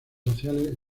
sociales